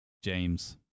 James